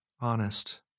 honest